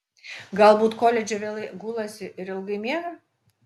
galbūt koledže vėlai gulasi ir ilgai miega